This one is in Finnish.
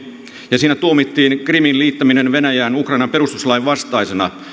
ja siinä tuomittiin krimin liittäminen venäjään ukrainan perustuslain vastaisena